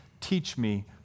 teach-me